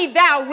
thou